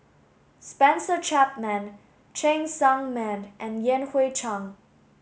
Spencer Chapman Cheng Tsang Man and Yan Hui Chang